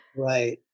Right